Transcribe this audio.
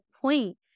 point